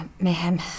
mayhem